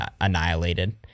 annihilated